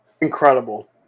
Incredible